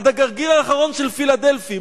עד הגרגר האחרון של ציר-פילדלפי.